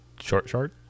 Short-short